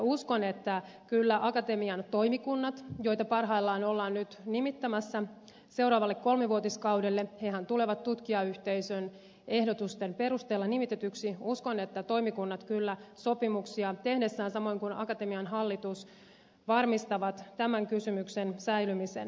uskon että kyllä akatemian toimikunnat joita parhaillaan ollaan nyt nimittämässä seuraavalle kolmivuotiskaudelle sen jäsenethän tulevat tutkijayhteisön ehdotusten perusteella nimitetyiksi sopimuksia tehdessään samoin kuin akatemian hallitus varmistavat tämän kysymyksen säilymisen